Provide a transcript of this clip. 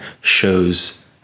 shows